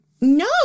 no